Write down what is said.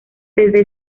desde